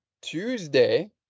Tuesday